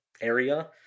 area